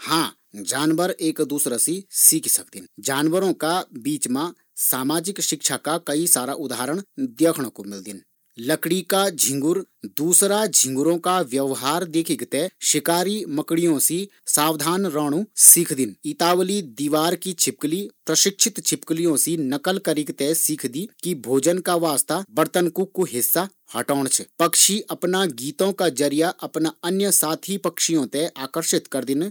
हाँ जानबर एक दूसरा सी सीखी सकदिन, उंका बीच मा सामाजिक शिक्षा का कई सारा उदाहरण देखण कु मिलदिन लकड़ी का झींगुर दूसरा झींगुरो का व्यवहार सी शिकारी मकड़ियों सी सावधान रेणु सिखदिन, इतावली छिपकली प्रशिक्षित छिपकली सी सीखदी कि भोजन का वास्ता बर्तन कु हिस्सा हटोंण पक्षियों मा गीतों का माध्यम सी अपना दूसरा साथियो ते रिझोण की प्रतिभा होंदी।